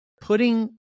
putting